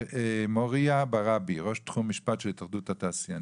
מוריה ברבי, ראש תחום משפט של התאחדות התעשיינים.